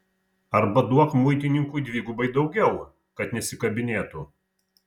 arba duok muitininkui dvigubai daugiau kad nesikabinėtų